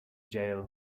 jail